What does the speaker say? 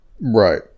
Right